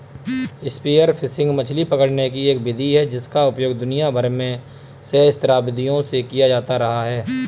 spear fishing मछली पकड़ने की एक विधि है जिसका उपयोग दुनिया भर में सहस्राब्दियों से किया जाता रहा है